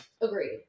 Agreed